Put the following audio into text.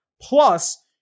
Plus